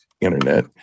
internet